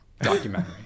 documentary